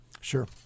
Sure